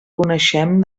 coneixem